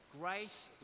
Grace